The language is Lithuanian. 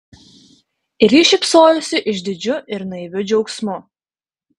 ir ji šypsojosi išdidžiu ir naiviu džiaugsmu